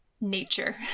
nature